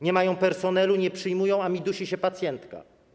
Nie mają personelu, nie przyjmują, a mi dusi się pacjentka.